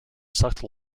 sucked